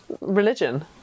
religion